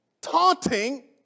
taunting